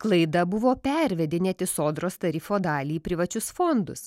klaida buvo pervedinėti sodros tarifo dalį į privačius fondus